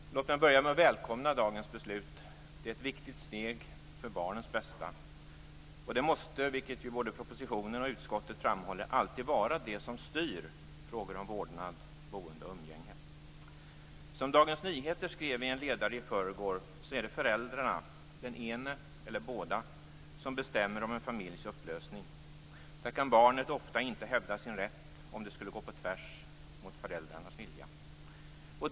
Herr talman! Låt mig börja med att välkomna dagens beslut. Det är ett viktigt steg framåt för barnets bästa. Och det måste alltid vara detta, vilket både propositionen och utskottet framhåller, som styr frågor om vårdnad, boende och umgänge. Som Dagens Nyheter skrev i en ledare i förrgår är det föräldrarna - den ene eller båda - som bestämmer om en familjs upplösning. Barnet kan ofta inte hävda sin rätt, om den skulle gå på tvärs med föräldrarnas vilja.